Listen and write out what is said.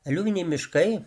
aliuviniai miškai